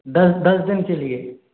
दस दस दिन के लिए